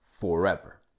forever